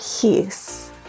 Peace